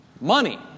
money